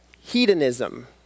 hedonism